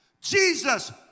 Jesus